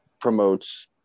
promotes